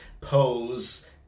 pose